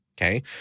Okay